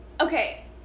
Okay